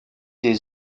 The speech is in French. des